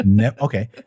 Okay